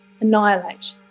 Annihilate